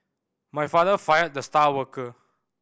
my father fired the star worker